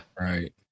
right